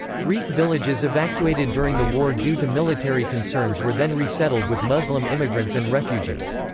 greek villages evacuated during the war due to military concerns were then resettled with muslim immigrants and refugees.